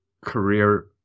career